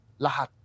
Lahat